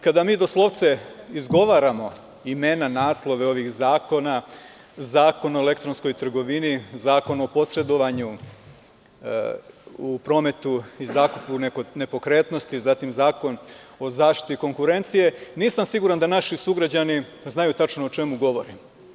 Kada mi doslovce izgovaramo imena naslove ovih zakona, Zakon o elektronskoj trgovini, Zakon o posredovanju u prometu i zakupu nepokretnosti, zatim Zakon o zaštiti konkurencije, nisam siguran da naši sugrađani znaju tačno o čemu govorim.